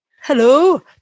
Hello